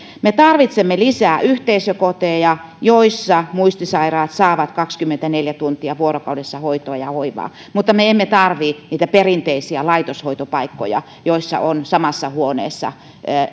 me tarvitsemme lisää yhteisökoteja joissa muistisairaat saavat kaksikymmentäneljä tuntia vuorokaudessa hoitoa ja hoivaa mutta me emme tarvitse niitä perinteisiä laitoshoitopaikkoja joissa on samassa huoneessa